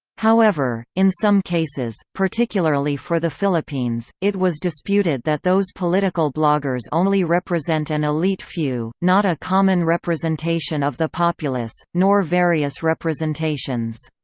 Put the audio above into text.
however, in some cases, particularly for the philippines, it was disputed that those political bloggers only represent an elite few, not a common representation of the populace, nor various representations.